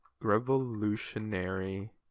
revolutionary